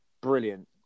brilliant